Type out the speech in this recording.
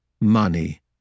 money